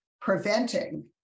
preventing